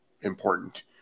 important